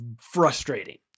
frustrating